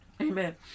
amen